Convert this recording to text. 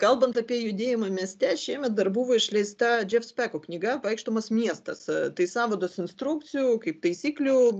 kalbant apie judėjimą mieste šiemet dar buvo išleista džef speko knyga vaikštomas miestas tai sąvadas instrukcijų kaip taisyklių